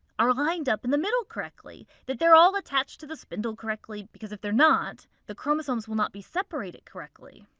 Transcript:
are lined up in the middle correctly that they're all attached to the spindle correctly. because if they're not, the chromosomes will not be separated correctly.